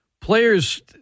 players